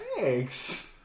Thanks